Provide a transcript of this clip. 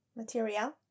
Material